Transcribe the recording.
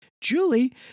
Julie